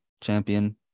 champion